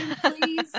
please